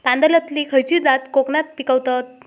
तांदलतली खयची जात कोकणात पिकवतत?